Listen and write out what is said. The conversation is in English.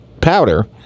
Powder